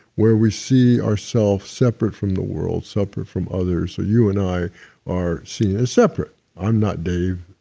where we see ourself separate from the world, separate from others, so you and i are seen as separate i'm not dave.